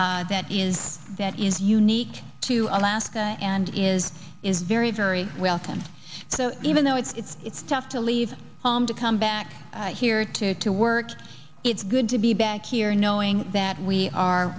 that is that is unique to alaska and is is very very welcomed so even though it's it's tough to leave home to come back here to to work it's good to be back here knowing that we are